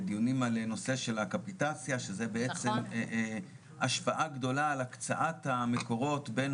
דיונים בנושא הקפיטציה שזה בעצם השפעה גדולה על הקצאת המקורות בין